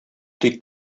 тик